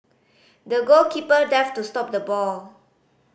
the goalkeeper dived to stop the ball